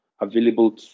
available